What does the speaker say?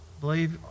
believe